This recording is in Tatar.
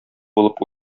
булып